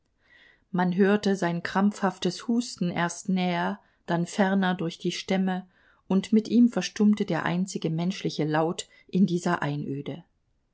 man hörte sein krampfhaftes husten erst näher dann ferner durch die stämme und mit ihm verstummte der einzige menschliche laut in dieser einöde